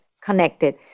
connected